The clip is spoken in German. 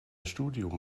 studium